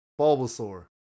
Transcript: Bulbasaur